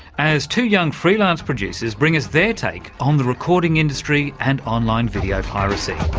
as two young freelance producers bring us their take on the recording industry and online video piracy.